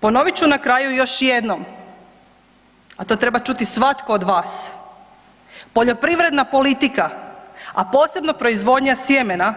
Ponovit ću na kraju još jednom, a to treba čuti svatko od vas, poljoprivredna politika, a posebno proizvodnja sjemena